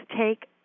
take